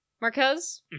Marquez